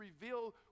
reveal